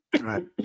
Right